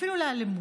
אפילו לאלימות.